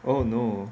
oh no